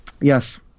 Yes